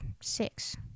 six